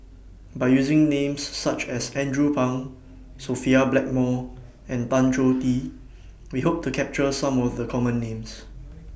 By using Names such as Andrew Phang Sophia Blackmore and Tan Choh Tee We Hope to capture Some of The Common Names